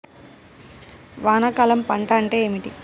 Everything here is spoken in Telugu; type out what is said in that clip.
వానాకాలం పంట అంటే ఏమిటి?